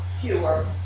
fewer